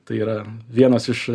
tai yra vienas iš